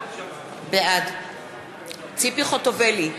בעד ציפי חוטובלי,